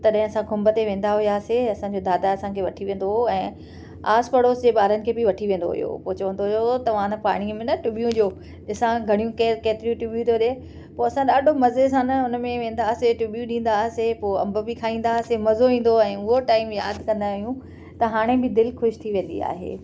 तॾहिं असां खुंभ ते वेंदा हुयासीं असांजो दादा असांखे वठी वेंदो ऐं आस पड़ोस जे ॿारनि खे बि वठी वेंदो हुयो पोइ चवंदो हुयो तव्हां इन पाणीअ में न टुॿियूं ॾियो ॾिसां घणियूं केरु केतिरियूं टुॿियूं थो ॾिए पोइ असां ॾाढो मज़े सां उन में वेंदा हुआसे टुॿियूं ॾींदा हुआसे पोइ अंबु बि खाईंदा हुआसे मज़ो ईंदो ऐं उहो टाइम यादि कंदा आहियूं त हाणे बि दिलि ख़ुश थी वेंदी आहे